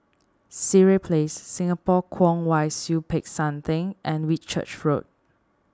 Sireh Place Singapore Kwong Wai Siew Peck San theng and Whitchurch Road